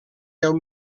deu